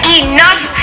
enough